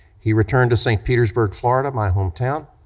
he returned to st. petersburg, florida, my hometown,